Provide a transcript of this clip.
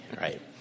right